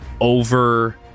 over